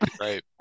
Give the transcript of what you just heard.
right